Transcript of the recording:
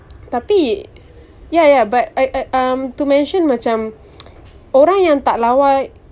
tapi ya ya but uh uh um to mention macam orang yang tak lawa